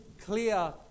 clear